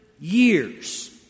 years